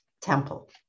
temple